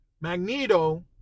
Magneto